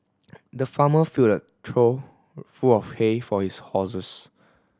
the farmer filled a trough full of hay for his horses